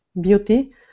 beauty